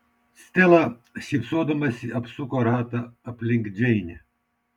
stela šypsodamasi apsuko ratą aplink džeinę